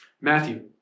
Matthew